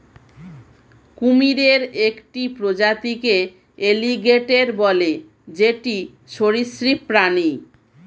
কুমিরের একটি প্রজাতিকে এলিগেটের বলে যেটি সরীসৃপ প্রাণী